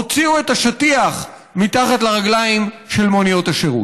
הוציאו את השטיח מתחת לרגליים של מוניות השירות.